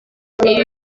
ibi